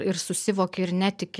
ir susivoki ir netiki